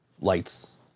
lights